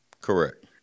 Correct